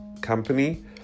company